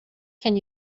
can